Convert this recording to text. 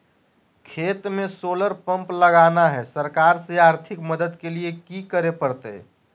खेत में solar pump लगाना है, सरकार से आर्थिक मदद के लिए की करे परतय?